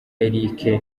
eric